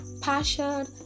passion